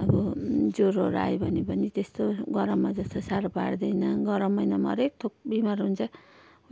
अब ज्वरोहरू आयो भने पनि त्यस्तो गरममा जस्तो साह्रो पार्दैन गरम महिनामा हरेक थोक बिमार हुन्छ